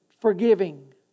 forgiving